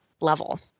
level